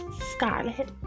Scarlet